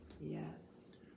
yes